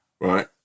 right